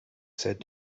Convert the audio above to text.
said